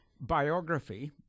biography